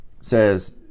says